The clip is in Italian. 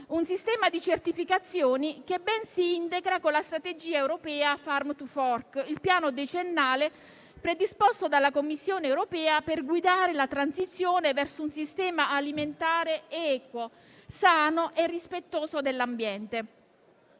Un sistema di certificazioni che ben si integra con la strategia europea Farm to fork, il piano decennale predisposto dalla Commissione europea per guidare la transizione verso un sistema alimentare equo, sano e rispettoso dell'ambiente.